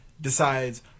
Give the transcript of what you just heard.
decides